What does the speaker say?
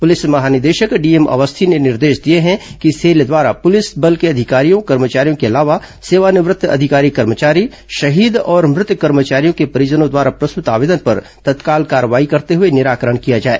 police महानिदेशक DM Awasthi ने निर्देश दिए हैं कि ंसेल द्वारा पुलिस बल के अधिकारियों कर्मचारियों के अलावा सेवानिवृत्त अधिकारी कर्मचारी शहीद और मृत कर्मचारियों के परिजनों द्वारा प्रस्तुत आवेदन पर तत्काल कार्रवाई करते हुए निराकरण किया जाए